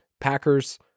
Packers